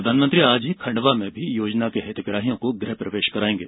प्रधानमंत्री खंडवा में भी योजना के हितग्राहियों को गृह प्रवेश करायेगें